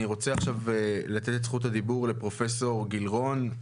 אני רוצה לתת את זכות הדיבור לפרופ' גילרון,